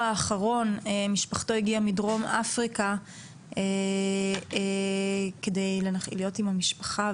האחרון הגיעה מדרום אפריקה כדי להיות עם המשפחה,